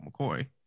McCoy